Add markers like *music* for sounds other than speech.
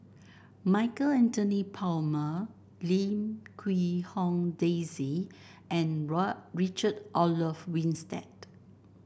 Michael Anthony Palmer Lim Quee Hong Daisy and *unintelligible* Richard Olaf Winstedt